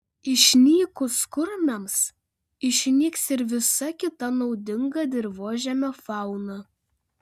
išnykus kurmiams išnyks ir visa kita naudinga dirvožemio fauna